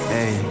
Hey